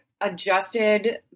adjusted